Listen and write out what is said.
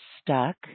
stuck